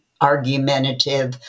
argumentative